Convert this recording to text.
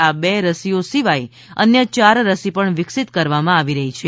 આ બે રસીઓ સિવાય અન્ય ચાર રસી પણ વિકસીત કરવામાં આવી રહી છે